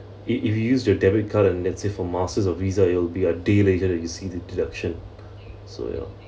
if if you use your debit card and that's it for miles or Visa it'll be a day later that you'll see the deduction so ya